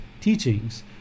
teachings